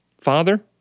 Father